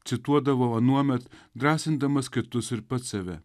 cituodavo anuomet drąsindamas kitus ir pats save